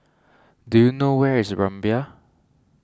do you know where is Rumbia